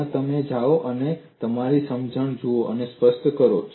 હમણાં તમે જાઓ અને તમારી સમજણ જુઓ અને સ્પષ્ટ કરો